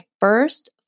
first